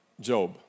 Job